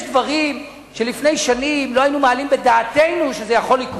יש דברים שלפני שנים לא היינו מעלים בדעתנו שזה יכול לקרות.